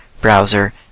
browser